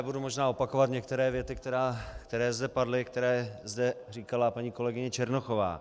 Budu možná opakovat některé věty, které zde padly, které zde říkala paní kolegyně Černochová.